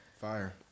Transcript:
Fire